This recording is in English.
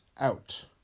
out